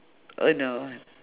oh no